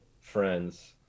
friends